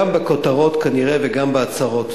גם בכותרות, כנראה, וגם בהצהרות.